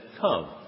come